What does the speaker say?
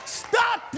stop